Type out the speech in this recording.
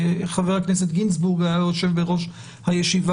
חבר הכנסת גינזבורג היה יושב בראש הישיבה,